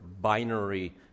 binary